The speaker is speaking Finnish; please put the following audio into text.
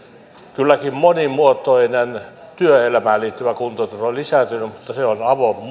kylläkin monimuotoinen työelämään liittyvä kuntoutus on lisääntynyt mutta se on